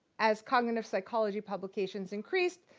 as cognitive psychology publications increased,